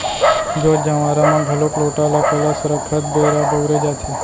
जोत जँवारा म घलोक लोटा ल कलस रखत बेरा बउरे जाथे